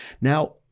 Now